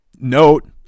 Note